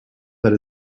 that